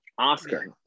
Oscar